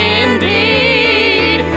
indeed